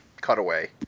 cutaway